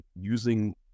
using